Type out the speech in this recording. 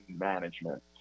management